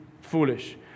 foolish